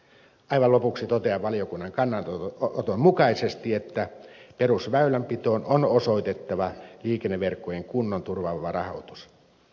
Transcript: aivan lopuksi totean valiokunnan kannanoton mukaisesti että perusväylänpitoon on osoitettava liikenneverkkojen kunnon turvaava rahoitus